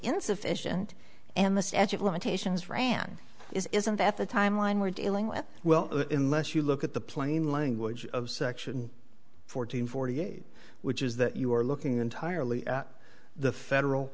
insufficient and this edge of limitations ran isn't that the timeline we're dealing with well in less you look at the plain language of section fourteen forty eight which is that you are looking entirely at the federal